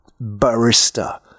barista